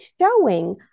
showing